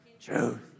truth